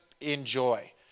enjoy